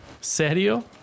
Serio